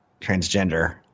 transgender